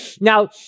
Now